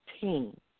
Team